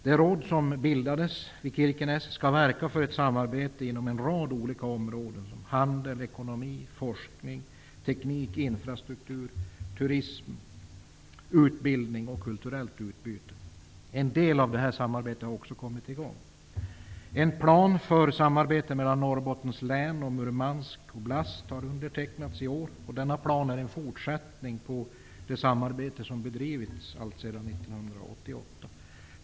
Det råd som bildades i samband med Kirkeneskonferensen skall verka för ett samarbete inom en rad olika områden, t.ex. handel, ekonomi, forskning, teknik, infrastruktur, turism, utbildning och kulturellt utbyte. En del av detta samarbete har också kommit i gång. Murmansk oblast har undertecknats i år. Denna plan är en fortsättning på det samarbete som har bedrivits alltsedan 1988.